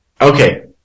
Okay